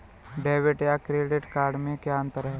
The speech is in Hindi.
डेबिट या क्रेडिट कार्ड में क्या अन्तर है?